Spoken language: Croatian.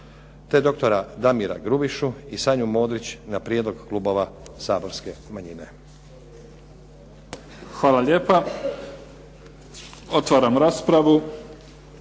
te doktora Damira Grubišu i Sanju Modrić na prijedlog klubova saborske manjine.